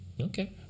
okay